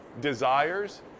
desires